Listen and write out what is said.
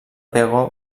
pego